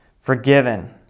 forgiven